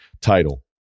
title